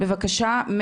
בבקשה,